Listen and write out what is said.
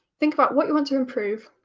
think about what you want to improve,